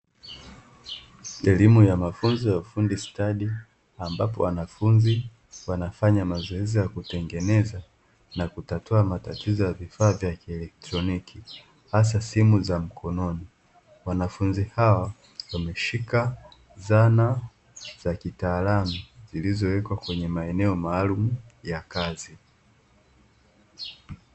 Elimu ya mafunzo ya ufundi stadi, ambapo wanafunzi wanafanya mazoezi ya kutengeneza na kutatua matatizo ya vifaa vya kielektroniki, hasa simu za mkononi, wanafunzi hao wameshika zana za kitaalamu, zilizowekwa kwenye maeneo maalumu ya kazi.